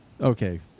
okay